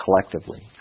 collectively